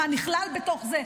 מה נכלל בתוך זה,